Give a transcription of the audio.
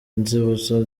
nzibutso